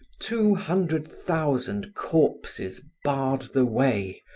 two hundred thousand corpses barred the way,